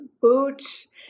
boots